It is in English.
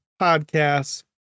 podcasts